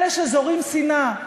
אלה שזורעים שנאה.